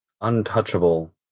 untouchable